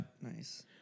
Nice